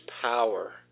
power